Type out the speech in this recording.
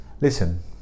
Listen